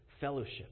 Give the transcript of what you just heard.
fellowship